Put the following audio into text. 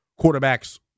quarterbacks